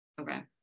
Okay